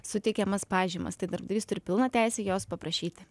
suteikiamas pažymas tai darbdavys turi pilną teisę jos paprašyti